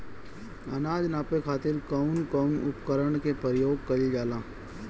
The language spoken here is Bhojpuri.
अनाज नापे खातीर कउन कउन उपकरण के प्रयोग कइल जाला?